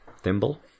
thimble